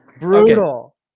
brutal